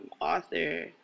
author